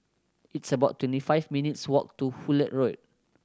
it's about twenty five minutes' walk to Hullet Road